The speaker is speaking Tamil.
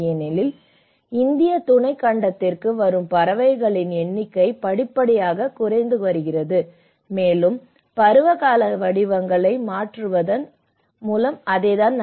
ஏனெனில் இந்திய துணைக் கண்டத்திற்கு வரும் பறவைகளின் எண்ணிக்கை படிப்படியாகக் குறைந்து வருகிறது மேலும் பருவகால வடிவங்களை மாற்றுவதும் அதேதான்